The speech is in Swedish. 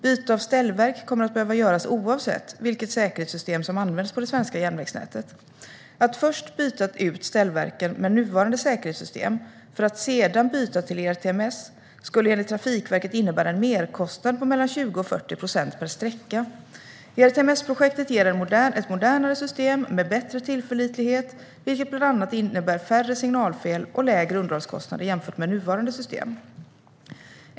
Byte av ställverk kommer att behöva göras oavsett vilket säkerhetssystem som används på det svenska järnvägsnätet. Att först byta ut ställverken med nuvarande säkerhetssystem för att sedan byta till ERTMS skulle enligt Trafikverket innebära en merkostnad på mellan 20 och 40 procent per sträcka. ERTMS-projektet ger ett modernare system med bättre tillförlitlighet, vilket bland annat innebär färre signalfel och lägre underhållskostnader jämfört med nuvarande system.